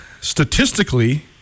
statistically